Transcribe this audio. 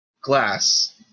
Glass